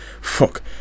Fuck